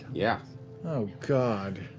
yeah oh god.